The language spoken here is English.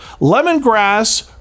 Lemongrass